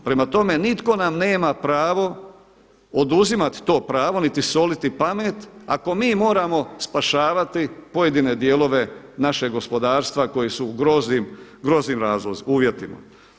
Prema tome, nitko nam nema pravo oduzimati to pravo niti soliti pamet, ako mi moramo spašavati pojedine dijelove našeg gospodarstva koji su u groznim uvjetima.